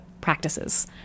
practices